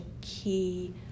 key